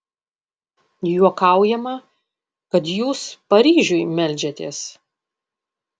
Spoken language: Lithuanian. juokaujama kad jūs paryžiui meldžiatės